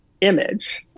image